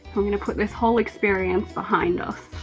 i'm going to put this whole experience behind us.